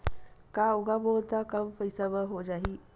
का उगाबोन त कम पईसा म हो जाही?